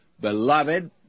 Beloved